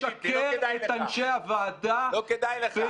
אתה לא תשקר את אנשי הוועדה -- לא כדאי לך.